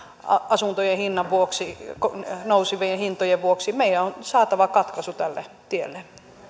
asuntojen nousevien hintojen vuoksi meidän on saatava katkaisu tälle tielle